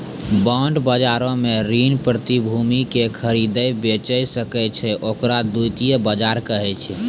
bond बजारो मे ऋण प्रतिभूति के खरीदै बेचै सकै छै, ओकरा द्वितीय बजार कहै छै